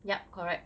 yup correct